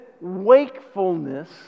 wakefulness